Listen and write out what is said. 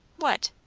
what?